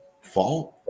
fault